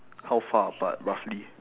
how far apart roughly